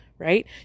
right